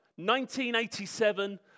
1987